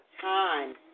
time